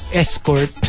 escort